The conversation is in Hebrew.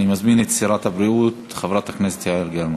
אני מזמין את שרת הבריאות חברת הכנסת יעל גרמן.